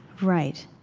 right